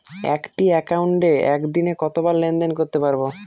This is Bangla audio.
একটি একাউন্টে একদিনে কতবার লেনদেন করতে পারব?